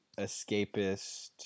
Escapist